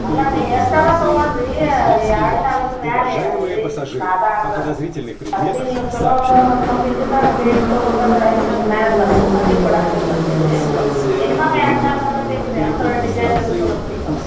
ಅಲ್ಲ ನೀವು ಎಷ್ಟಾರೂ ತಗೊಳ್ಳಿರಿ ಎರಡು ಸಾವಿರ ಮೇಲೆ ಅಗದಿ ಸಾದಾ ಅಂದ್ರೆ ಅಲ್ಲಿ ನೀವು ಚಲೋ ಒಂದು ಸ್ವಲ್ಪ ಇದ್ದಿದಾಗ ಭೇಷ ತೊಗೋಬೇಕಂದ್ರೆ ಐದು ಸಾವಿರ ಮೇಲೆ ಅದಾವೆ ಮಂದಿಗೆ ಕೊಡಕ್ಕೆ ಬೇಕು ಅಂತೀರಿ ಮಿನಿಮಮ್ ಎರಡು ಸಾವಿರಾರೂ ಬೇಕು ರೀ ಅಂದ್ರೆ ಡಿಸೈನದು ಚಲೋ ಸಿಗ್ತಾವೆ